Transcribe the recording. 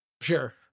sure